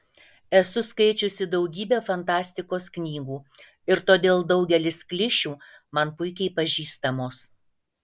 esu skaičiusi daugybę fantastikos knygų ir todėl daugelis klišių man puikiai pažįstamos